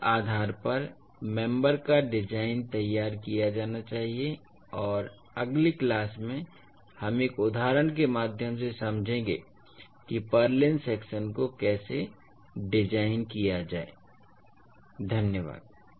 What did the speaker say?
तो इस आधार पर मेम्बर का डिजाइन तैयार किया जाना चाहिए और अगली क्लास में हम एक उदाहरण के माध्यम से समझेंगे कि पुर्लिन्स सेक्शन को कैसे डिजाइन किया जाए धन्यबाद